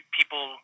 people